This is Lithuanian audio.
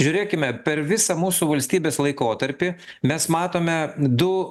žiūrėkime per visą mūsų valstybės laikotarpį mes matome du